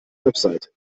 website